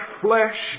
flesh